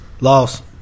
Lost